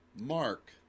Mark